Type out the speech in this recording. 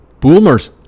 Boomers